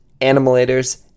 Animalators